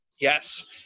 Yes